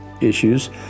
issues